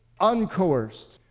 uncoerced